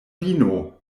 vino